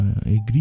agree